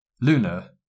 Luna